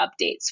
updates